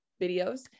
videos